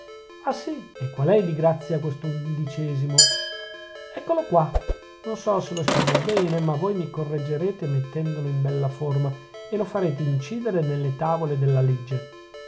ah sì e qual è di grazia questo undicesimo eccolo qua non so se lo esprimo bene ma voi mi correggerete mettendolo in bella forma e lo farete incidere nelle tavole della legge